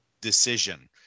decision